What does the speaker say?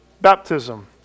baptism